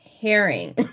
Herring